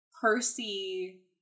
Percy